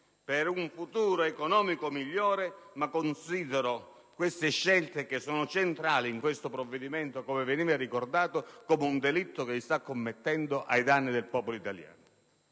per un futuro economico migliore. Io considero queste scelte, che sono centrali in questo provvedimento (come veniva ricordato), come un delitto che si sta commettendo ai danni del popolo italiano.